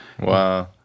Wow